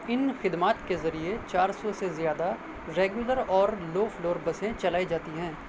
ان خدمات کے ذریعہ چار سو سے زیادہ ریگولر اور لو فلور بسیں چلائی جاتی ہیں